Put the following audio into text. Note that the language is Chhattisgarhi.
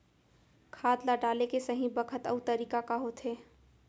खाद ल डाले के सही बखत अऊ तरीका का होथे?